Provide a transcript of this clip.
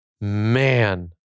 man